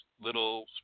little